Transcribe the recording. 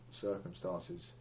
circumstances